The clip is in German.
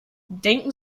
denken